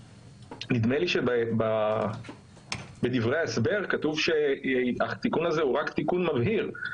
נדמה לי שבדברי ההסבר כתוב שהתיקון הזה הוא רק תיקון מבהיר.